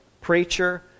preacher